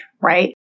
right